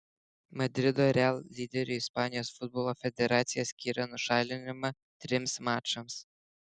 madrido real lyderiui ispanijos futbolo federacija skyrė nušalinimą trims mačams